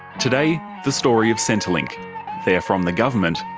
today, the story of centrelink they're from the government,